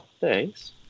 thanks